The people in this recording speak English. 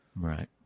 Right